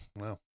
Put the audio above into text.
wow